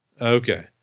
Okay